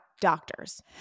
doctors